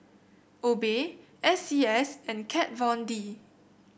Obey S C S and Kat Von D